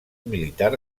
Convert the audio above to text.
militar